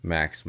Max